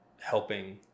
helping